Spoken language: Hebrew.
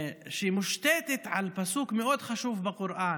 שמושתת על פסוק מאוד חשוב בקוראן,